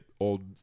old